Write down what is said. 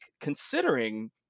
considering